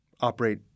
operate